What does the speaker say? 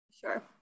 Sure